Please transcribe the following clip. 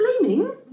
blaming